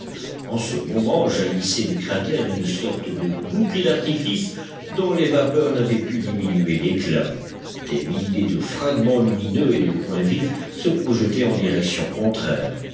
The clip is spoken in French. en ce moment jaillissait du cratère une sorte de bouquet d'artifices dont les vapeurs n'avaient pu diminuer l'éclat des milliers de fragments lumineux et de points vifs se projetaient en directions contraires